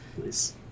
Please